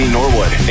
Norwood